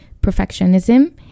perfectionism